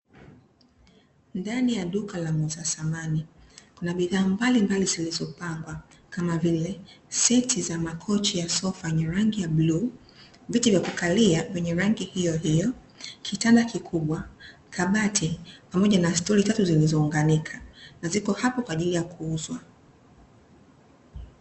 Ndani ya duka la muuza samani, kuna bidhaa mbalimbali zilizopangwa kama vile, seti za makochi ya sofa yenye rangi ya bluu, viti vya kukalia vyenye rangi hiyohiyo, kitanda kikubwa, kabati pamoja na sturi tatu zilizounganika na ziko hapo kwa ajili ya kuuzwa.